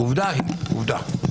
עובדה היא עובדה.